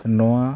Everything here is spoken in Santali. ᱱᱚᱣᱟ